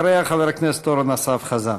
אחריה, חבר הכנסת אורן אסף חזן.